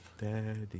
Daddy